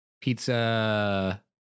Pizza